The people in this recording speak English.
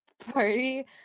party